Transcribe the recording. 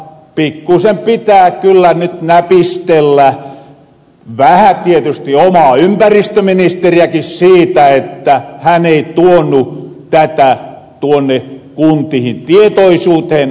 jotta pikkusen pitää kyllä nyt näpistellä vähä tietysti omaa ympäristöministeriäkin siitä että hän ei tuonu tätä tuonne kuntihin tietoisuuteen ajoissa